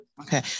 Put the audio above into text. Okay